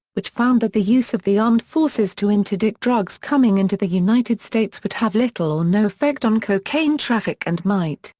which found that the use of the armed forces to interdict drugs coming into the united states would have little or no effect on cocaine traffic and might,